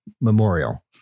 Memorial